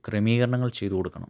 ക്രമീകരണങ്ങൾ ചെയ്ത് കൊടുക്കണം